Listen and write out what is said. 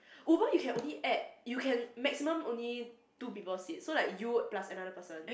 Uber you can only add you can maximum only two people sit so you plus another person